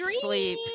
sleep